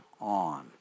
on